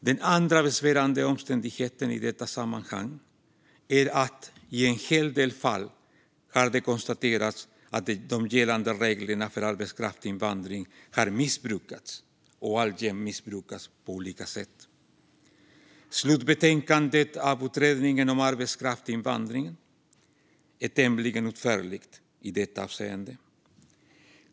Den andra besvärande omständigheten i detta sammanhang är att det i en hel del fall har konstaterats att de gällande reglerna för arbetskraftsinvandring har missbrukats och alltjämt missbrukas på olika sätt. Slutbetänkandet av utredningen om arbetskraftsinvandring är tämligen utförligt i detta avseende.